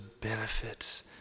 benefits